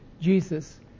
Jesus